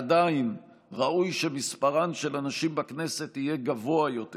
עדיין, ראוי שמספרן של הנשים בכנסת יהיה גבוה יותר